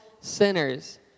sinners